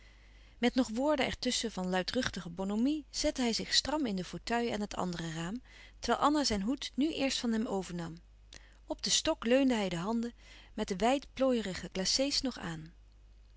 met nog woorden er tusschen van luidruchtige bonhomie zette hij zich stram in den fauteuil aan het andere raam terwijl anna zijn hoed nu eerst van hem overnam op den stok steunde hij de handen met de wijd plooierige glacés nog aan